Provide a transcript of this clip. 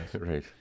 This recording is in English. right